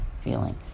feeling